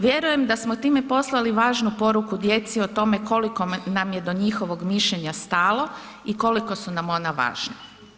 Vjerujem da smo time poslali važnu poruku djeci o tome koliko nam je do njihovog mišljena stalo i koliko su nam ona važna.